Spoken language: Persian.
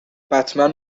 بتمن